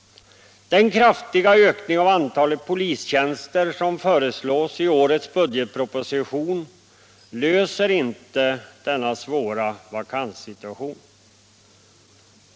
Den kraftiga ökning av antalet polistjänster som föreslås i årets budgetproposition löser tyvärr inte denna svåra vakanssituation.